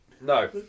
No